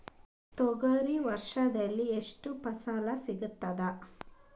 ತೊಗರಿ ವರ್ಷದಲ್ಲಿ ಎಷ್ಟು ಫಸಲ ಸಿಗತದ?